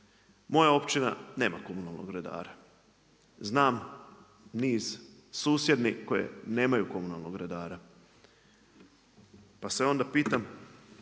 Moja općina nema komunalnog redara. Znam niz susjednih koje nemaju komunalnog redara, pa se onda pitam